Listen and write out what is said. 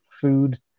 food